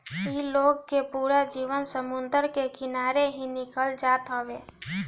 इ लोग के पूरा जीवन समुंदर के किनारे ही निकल जात हवे